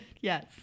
Yes